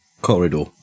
corridor